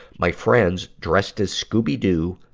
my friends, dressed as scooby doo,